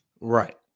Right